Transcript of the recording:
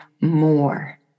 more